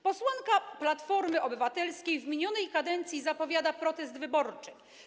Posłanka Platformy Obywatelskiej w minionej kadencji zapowiada protest wyborczy.